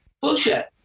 Bullshit